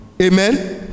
Amen